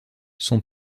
son